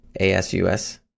Asus